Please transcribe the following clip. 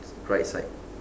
right side